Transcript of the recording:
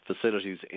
facilities